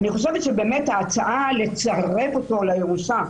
אני חושבת שההצעה לצרף אותו לירושה,